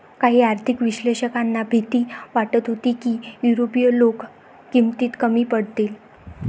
काही आर्थिक विश्लेषकांना भीती वाटत होती की युरोपीय लोक किमतीत कमी पडतील